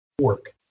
work